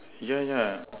yeah yeah